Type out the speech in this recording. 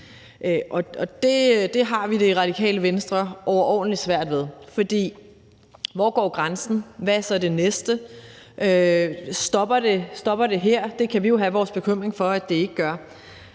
det har vi det i Radikale Venstre overordentlig svært med, for hvor går grænsen? Og hvad er så det næste? Stopper det her? Det kan vi jo have vores bekymring for at det ikke gør.